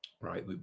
right